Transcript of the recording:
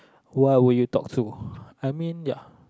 why will you talk to I mean ya